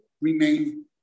remain